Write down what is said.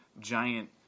giant